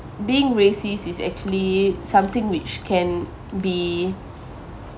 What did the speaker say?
being racist is actually something which can be